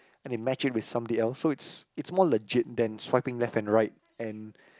and it match it with somebody else so it's it's more legit than swiping left and right and